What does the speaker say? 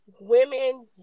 Women